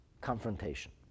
confrontation